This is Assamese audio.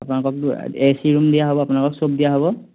আপোনালোকক এ চি ৰুম দিয়া হ'ব আপোনালোকক সব দিয়া হ'ব